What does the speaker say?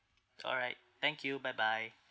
alright thank you bye bye